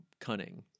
cunning